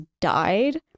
died